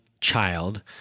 child